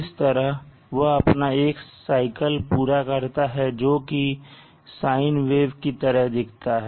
इस तरह वह अपना एक साइकल पूरा करता है जोकि साइन वेव की तरह दिखता है